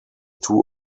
two